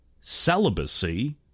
celibacy